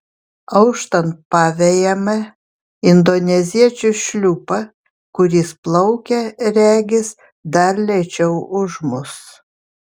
auštant pavejame indoneziečių šliupą kuris plaukia regis dar lėčiau už mus